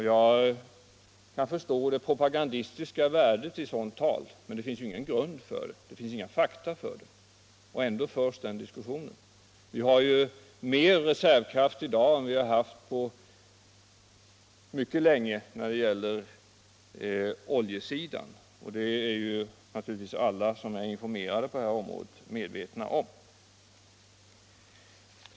Jag kan förstå det propagandistiska värdet i sådant tal, men det finns ingen grund för det, inga fakta som styrker det. Ändå förs den diskussionen! När det gäller oljesidan finns det mer reservkraft i dag än det har funnits på länge, sett över en längre tidsperiod. Det är naturligtvis alla som är informerade på detta område medvetna om.